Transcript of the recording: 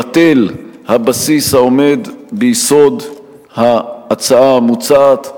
בטל הבסיס העומד ביסוד ההצעה המוצעת.